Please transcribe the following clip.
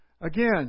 again